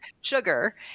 sugar